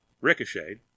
ricocheted